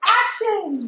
action